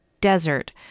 desert